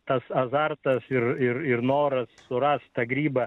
tas azartas ir ir ir noras surasti tą grybą